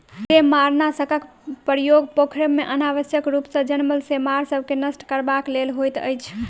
सेमारनाशकक प्रयोग पोखैर मे अनावश्यक रूप सॅ जनमल सेमार सभ के नष्ट करबाक लेल होइत अछि